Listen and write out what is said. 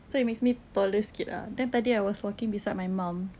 so it makes me taller sikit ah then tadi I was walking beside my mum